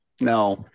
no